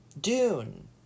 Dune